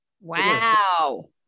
wow